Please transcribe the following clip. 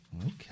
Okay